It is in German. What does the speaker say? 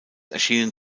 erschienen